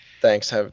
Thanks